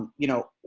you know,